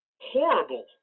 horrible